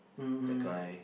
that guy